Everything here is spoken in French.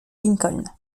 lincoln